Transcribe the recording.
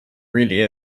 really